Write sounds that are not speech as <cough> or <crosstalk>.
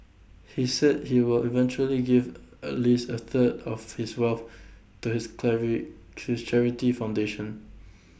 he said he will eventually give at least A third of his wealth to his <unintelligible> charity foundation